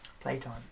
playtime